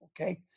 Okay